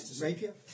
rapier